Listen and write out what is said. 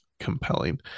Compelling